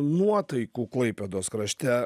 nuotaikų klaipėdos krašte